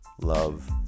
love